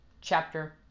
chapter